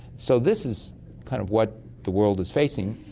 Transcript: so this is kind of what the world is facing,